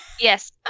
Yes